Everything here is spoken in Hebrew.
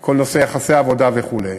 כל נושא יחסי העבודה וכו'.